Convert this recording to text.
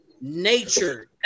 nature